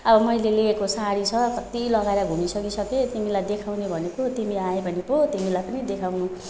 अब मैले लिएको साडी छ कति लगाएर घुमिसकेँ सबै तिमीलाई देखाउने भनेको तिमी आयौ भने पो तिमीलाई पनि देखाउनु